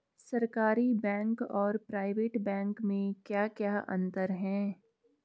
सरकारी बैंक और private bank में क्या क्या अंतर हैं?